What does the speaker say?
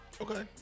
Okay